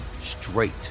straight